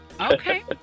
Okay